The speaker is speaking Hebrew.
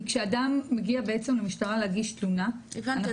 כי כשאדם מגיע בעצם למשטרה להגיש תלונה --- הבנתי.